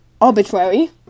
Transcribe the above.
arbitrary